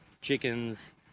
chickens